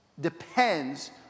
depends